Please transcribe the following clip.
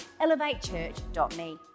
elevatechurch.me